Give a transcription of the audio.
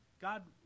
god